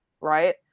right